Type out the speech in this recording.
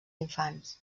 infants